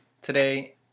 today